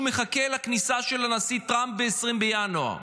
מחכה לכניסה של הנשיא טראמפ ב-20 בינואר.